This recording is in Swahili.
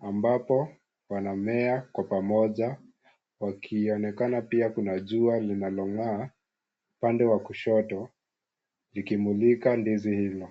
ambapo wanamea kwa pamoja. Wakionekana pia kuna jua linalong'aa, upande wa kushoto, ikimulika ndizi hizo.